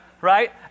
right